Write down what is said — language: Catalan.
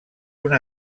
una